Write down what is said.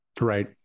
Right